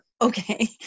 Okay